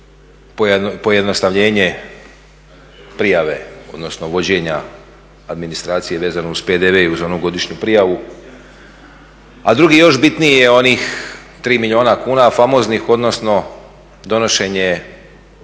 pojednostavljenje prijave, odnosno vođenja administracije vezano uz PDV i uz onu godišnju prijavu, a drugi još bitniji je onih 3 milijuna kuna famoznih odnosno donošenje